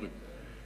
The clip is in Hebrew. אומרים,